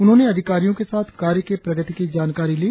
उन्होंने अधिकारियों के साथ कार्य के प्रगति की जानकारी ली